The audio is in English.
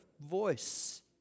voice